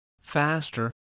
faster